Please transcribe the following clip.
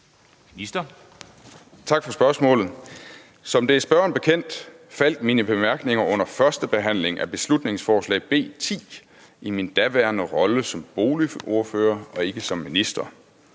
Olesen): Tak for spørgsmålet. Som det er spørgeren bekendt, faldt mine bemærkninger under førstebehandlingen af beslutningsforslag nr. B 10 i min daværende rolle som boligordfører og ikke som minister.